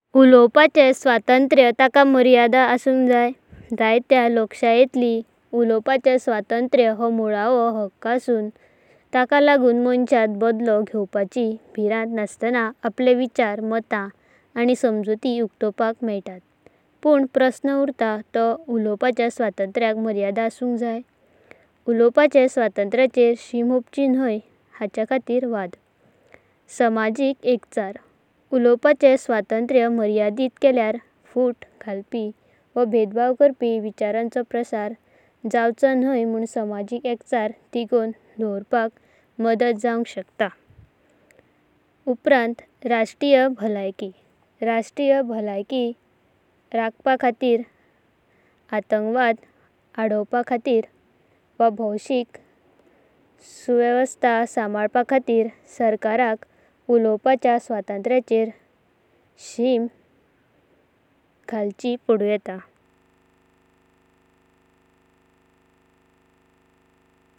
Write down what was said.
उलोवापाचे स्वतंत्र्य तका मर्यादा असुंक जया? जयत्या लोकशयेनतलो उलओवापाचे स्वतंत्र्य हो मुलवो हक्क असुना। तका लागतना मनाशक बदलो घेवपाचि भीरणता नसाताना आपले विचार। मत आनी समाजुती उकटवांका मेलातातां। पुन प्रश्न उरता तो उलओवापाच्य स्वतंत्र्यक मर्यादा असुंक जया? उलोवापाचे स्वतंत्राची शिमाहुपाची न्हयां हांच ख़ातिरा वाडा। समाजिक एकचर उलओवापाचे स्वतंत्र्य मर्यादिता केल्यारा फुटा। घालापि वा भेदभाव करापि विचारांचो प्रसार जावचो न्हयां। म्हण समाजिक एकचर तीगोवान दावरपाका माजता जावंका शाकता। सश्त्रिय बलय्की राष्ट्रीय-राष्ट्रीय बलय्की राखापा ख़ातिरा। आतंकावाद अडवपाक्हातिरा वा भौशिक सुवेवस्था संभालपखातिरा। सरकारंका उलओवापाचे स्वतंत्र्यचेर सीमा घालचि पदुन येतां।